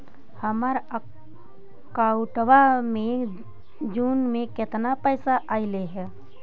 हमर अकाउँटवा मे जून में केतना पैसा अईले हे?